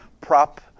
prop